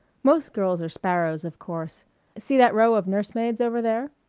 most girls are sparrows, of course see that row of nurse-maids over there?